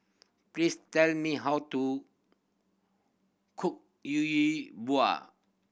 please tell me how to cook Yi Bua